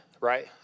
right